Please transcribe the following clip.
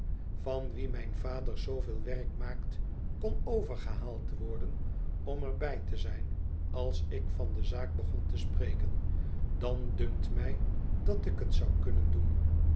van wie mijn vader zooveel werk maakt kon overgehaald worden om er bij te zijn als ik van de zaak begon te spreken dan dunkt mij dat ik het zou kunnen doen